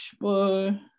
boy